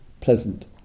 pleasant